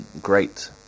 great